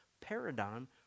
paradigm